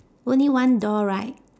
only one door right